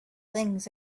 things